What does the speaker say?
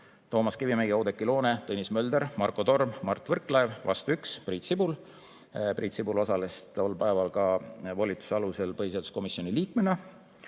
Toomas Kivimägi, Oudekki Loone, Tõnis Mölder, Marko Torm ja Mart Võrklaev. Vastu oli 1: Priit Sibul. Priit Sibul osales tol päeval volituse alusel istungil põhiseaduskomisjoni liikmena.